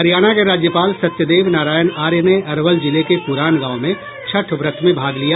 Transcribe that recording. हरियाणा के राज्यपाल सत्यदेव नारायण आर्य ने अरवल जिले के पुराण गांव में छठ व्रत में भाग लिया